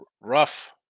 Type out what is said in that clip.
Rough